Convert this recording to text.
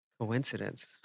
Coincidence